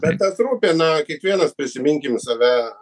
bet tas rūpi na kiekvienas prisiminkim save